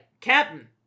Captain